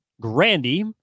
Grandy